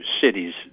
cities